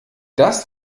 das